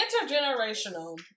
intergenerational